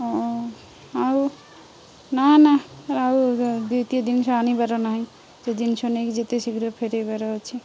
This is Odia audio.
ହଁ ଆଉ ନାଁ ନାଁ ଆଉ ଦ୍ୱିତୀୟ ଜିନିଷ ଆଣିବାର ନାହିଁ ସେ ଜିନିଷ ନେଇକି ଯେତେ ଶୀଘ୍ର ଫେରେଇବାର ଅଛି